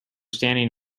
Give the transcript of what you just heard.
standing